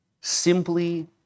simply